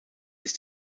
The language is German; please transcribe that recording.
ist